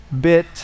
bit